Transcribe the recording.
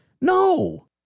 No